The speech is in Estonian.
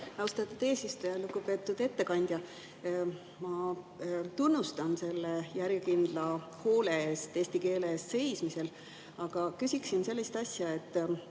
Austatud eesistuja! Lugupeetud ettekandja! Ma tunnustan selle järjekindla hoole eest eesti keele eest seismisel, aga küsin sellist asja. Sa